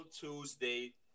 Tuesday